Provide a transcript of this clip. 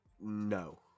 No